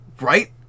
Right